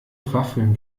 waffeln